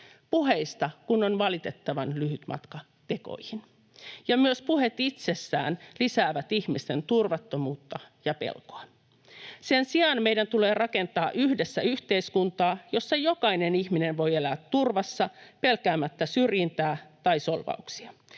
puheista kun on valitettavan lyhyt matka tekoihin. Myös puheet itsessään lisäävät ihmisten turvattomuutta ja pelkoa. Sen sijaan meidän tulee rakentaa yhdessä yhteiskuntaa, jossa jokainen ihminen voi elää turvassa pelkäämättä syrjintää tai solvauksia.